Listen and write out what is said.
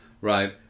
right